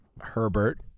Herbert